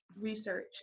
research